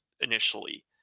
initially